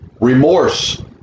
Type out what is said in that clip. Remorse